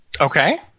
Okay